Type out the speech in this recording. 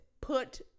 Put